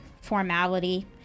formality